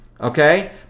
okay